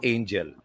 Angel